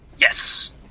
Yes